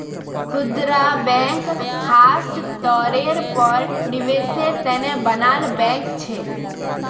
खुदरा बैंक ख़ास तौरेर पर निवेसेर तने बनाल बैंक छे